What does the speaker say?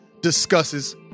discusses